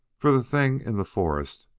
for the thing in the forest,